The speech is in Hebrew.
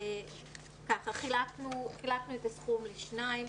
חילקנו את הסכום לשניים.